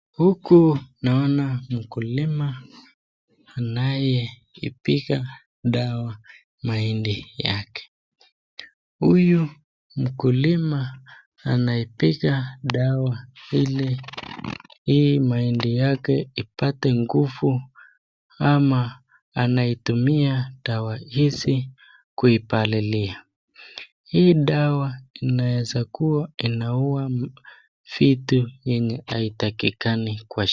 Huku nakna mkulima anayeipiga dawa mahindi yake, huyu mkulima anaipiga dawa hii mahindi yake ili ipate nguvu ama anaitumia dawa hizi kuipalilia, hii dawa inaweza kua inaua vitu ambayo haitakikani kwa shamba.